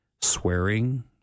Swearing